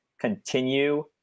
continue